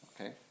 Okay